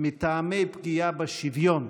מטעמי פגיעה בשוויון,